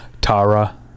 Tara